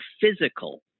physical